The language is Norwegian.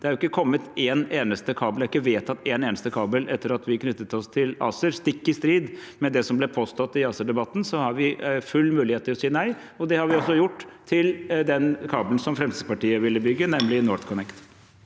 Det er ikke vedtatt en eneste kabel etter at vi knyttet oss til ACER. Stikk i strid med det som ble påstått i ACER-debatten, har vi full mulighet til å si nei, og det har vi også gjort til den kabelen som Fremskrittspartiet ville bygge, nemlig NorthConnect.